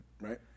Right